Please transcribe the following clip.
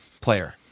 player